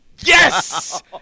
Yes